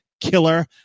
killer